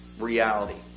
reality